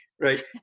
Right